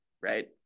Right